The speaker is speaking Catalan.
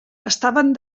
estaven